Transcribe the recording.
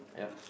yup